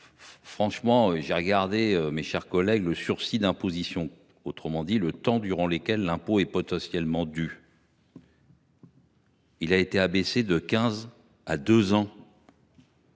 longue ! J’ai regardé, mes chers collègues : le sursis d’imposition, autrement dit le temps durant lequel l’impôt est potentiellement dû, a été abaissé de quinze